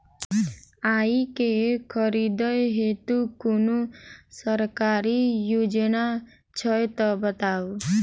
आइ केँ खरीदै हेतु कोनो सरकारी योजना छै तऽ बताउ?